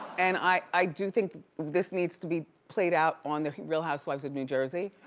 and i i do think this need to be played out on the real housewives of new jersey.